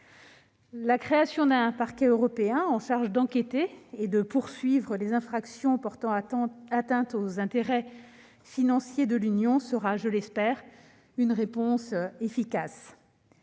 La création d'un parquet européen, chargé d'enquêter et de poursuivre les infractions portant atteinte aux intérêts financiers de l'Union européenne, sera, je l'espère, une réponse efficace.